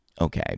Okay